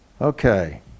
Okay